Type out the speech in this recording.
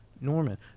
Norman